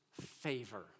favor